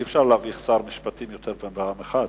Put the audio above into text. אי-אפשר להביך שר משפטים יותר מפעם אחת.